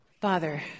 Father